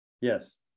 Yes